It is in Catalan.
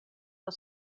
del